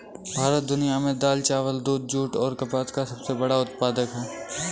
भारत दुनिया में दाल, चावल, दूध, जूट और कपास का सबसे बड़ा उत्पादक है